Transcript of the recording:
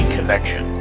Connection